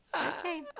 okay